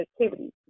activities